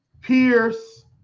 Pierce